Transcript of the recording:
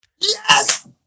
Yes